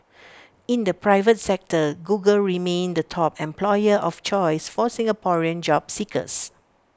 in the private sector Google remained the top employer of choice for Singaporean job seekers